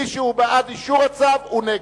מי שהוא בעד אישור הצו הוא נגד.